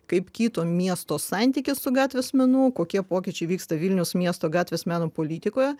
kaip kito miesto santykis su gatvės menu kokie pokyčiai vyksta vilniaus miesto gatvės meno politikoje